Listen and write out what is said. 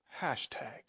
Hashtag